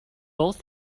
both